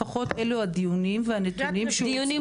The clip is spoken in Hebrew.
לפחות אלו הדיונים והנתונים שהוצגו.